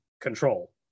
control